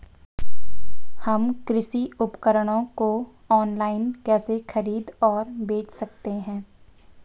हम कृषि उपकरणों को ऑनलाइन कैसे खरीद और बेच सकते हैं?